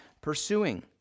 pursuing